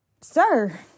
Sir